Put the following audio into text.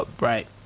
Right